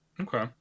Okay